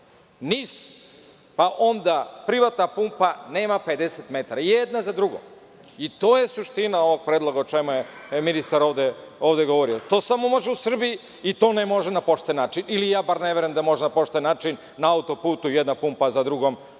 pa onda privatna pumpa, nema 50 metara. Jedna za drugom. To je suština ovog predloga, o čemu je ministar ovde govorio. To samo može u Srbiji i to ne može na pošten način ili ja bar ne verujem da može na pošten način na autoputu jedna pumpa za drugom